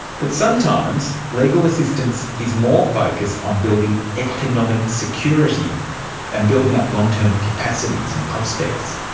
but sometimes legal assistance is more focussed on building economic security and building up long-term capacities and prospects.